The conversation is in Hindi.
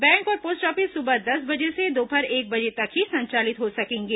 बैंक और पोस्ट ऑफिस सुबह दस बजे से दोपहर एक बजे तक ही संचालित हो सकेंगे